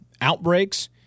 outbreaks